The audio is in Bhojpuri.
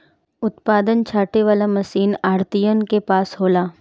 उत्पादन छाँटे वाला मशीन आढ़तियन के पास होला